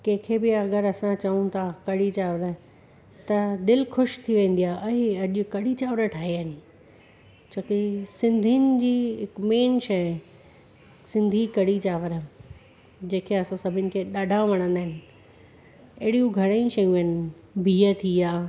कंहिंखे बि अगरि असां चऊं था कढ़ी चांवर त दिलि ख़ुशि थी वेंदी आहे आइ अॼु कढ़ी चांवर ठाहिया आहिनि छो की सिंधियुनि जी मेन शइ सिंधी कढी चांवर जेके असां सभिनि खे ॾाढा वणंदा आहिनि अहिड़ियूं घणियूं शयूं आहिनि बीह थी विया